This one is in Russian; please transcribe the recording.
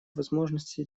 возможности